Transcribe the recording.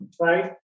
right